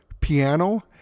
piano